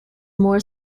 more